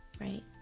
right